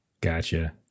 Gotcha